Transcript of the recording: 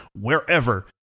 wherever